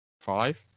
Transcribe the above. Five